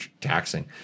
taxing